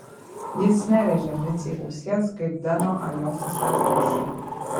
jis nerėžė micei ausies kaip deno ar jo sesers balsai